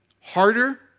harder